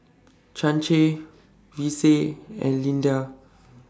Chancey Vicie and Lyndia